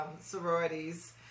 sororities